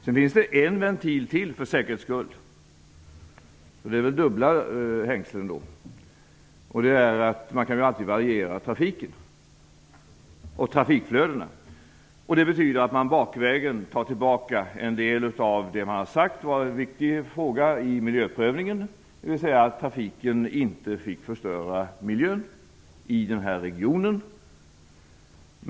Sedan finns det en ventil till, för säkerhets skull - det är väl dubbla hängslen - och det är att man alltid kan variera trafiken och trafikflödena. Det betyder att man bakvägen tar tillbaka en del av det man har sagt är en viktig fråga i miljöprövningen, dvs. att trafiken inte får förstöra miljön i den här regionen.